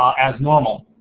as normal.